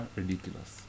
ridiculous